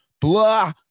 Blah